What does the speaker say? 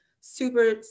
super